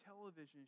television